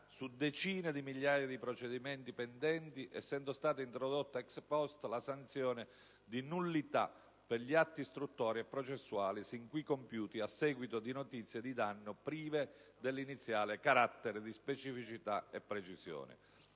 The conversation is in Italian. su decine dì migliaia di procedimenti pendenti, essendo stata introdotta *ex post* la sanzione di nullità per gli atti istruttori e processuali sin qui compiuti a seguito di notizie di danno prive dell'iniziale carattere di specificità e precisione.